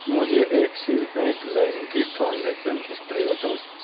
مجھے ایکسس بینک لائم کی ٹرانزیکسن ہسٹری بتاؤ